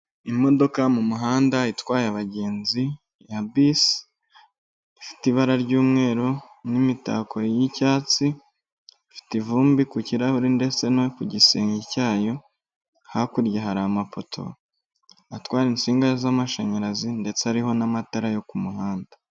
Imodoka mu muhanda itwaye abagenzi ya bisi, ifite ibara ry'umweru n'imitako y'icyatsi, ifite ivumbi ku kirahure ndetse no ku gisenge cyayo, hakurya hari amapoto atwara insinga z'amashanyarazi ndetse ariho n'amatara yo ku muhanda.